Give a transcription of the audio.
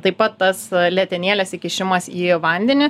taip pat tas letenėlės įkišimas į vandenį